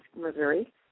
Missouri